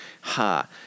ha